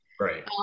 Right